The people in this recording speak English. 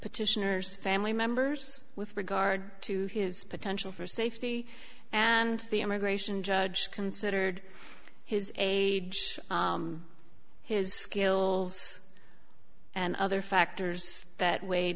petitioners family members with regard to his potential for safety and the immigration judge considered his age his skills and other factors that w